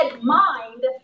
mind